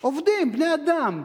עובדים, בני-אדם,